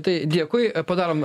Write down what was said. tai dėkui padarom